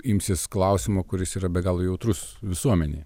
imsis klausimo kuris yra be galo jautrus visuomenėje